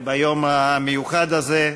ביום המיוחד הזה.